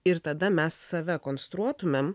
ir tada mes save konstruotumėm